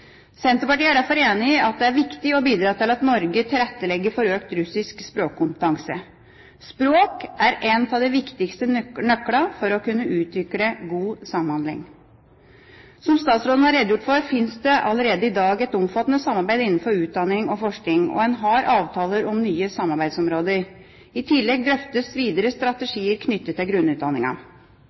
Senterpartiet er derfor enig i at det er viktig å bidra til at Norge tilrettelegger for økt russisk språkkompetanse. Språk er en av de viktigste nøklene for å kunne utvikle god samhandling. Som statsråden har redegjort for, finnes det allerede i dag et omfattende samarbeid innenfor utdanning og forskning, og en har avtaler om nye samarbeidsområder. I tillegg drøftes videre strategier knyttet til